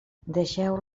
deixeu